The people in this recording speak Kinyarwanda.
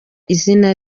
izina